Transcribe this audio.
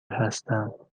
هستم